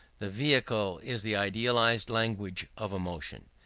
the vehicle is the idealized language of emotion.